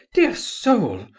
dear soul!